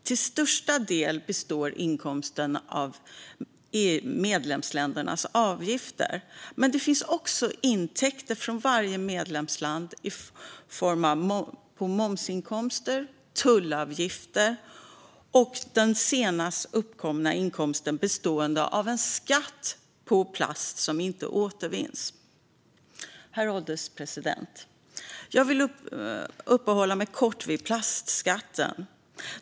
Till största del består inkomsterna av medlemsländernas avgifter. Men det finns också intäkter från varje medlemsland i form av momsinkomster, tullavgifter och den senast uppkomna inkomsten bestående av en skatt på plast som inte återvinns. Herr ålderspresident! Jag vill uppehålla mig kort vid plastskatten.